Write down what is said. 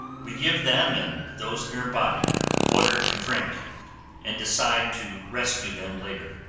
we give them and those nearby water to drink and decide to rescue them later.